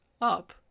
up